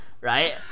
right